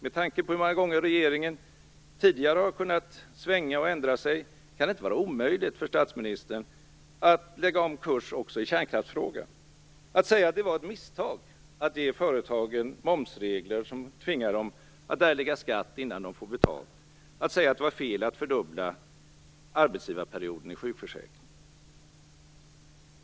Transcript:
Med tanke på hur många gånger regeringen tidigare har kunnat svänga och ändra sig kan det inte vara omöjligt för statsministern att lägga om kursen också i kärnkraftsfrågan, att säga att det var ett misstag att ge företagen momsregler som tvingar dem att erlägga skatt innan de får betalt och att säga att det var fel att fördubbla arbetsgivarperioden i sjukförsäkringen.